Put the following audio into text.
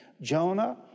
Jonah